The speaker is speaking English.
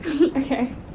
Okay